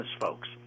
folks